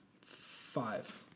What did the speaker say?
Five